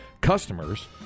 customers